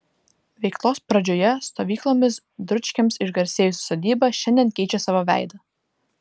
veiklos pradžioje stovyklomis dručkiams išgarsėjusi sodyba šiandien keičia savo veidą